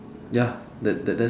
ya the that